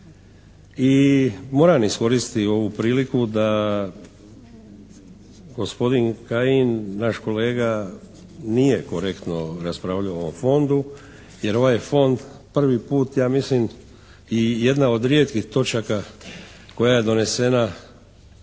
I moram iskoristiti ovu priliku da gospodin Kajin, naš kolega nije korektno raspravljao o ovom Fondu jer ovaj je Fond prvi put ja mislim i jedna od rijetkih točaka koja je donesena